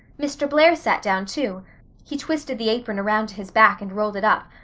mr. blair sat down too he twisted the apron around to his back and rolled it up,